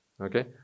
Okay